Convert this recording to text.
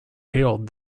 hailed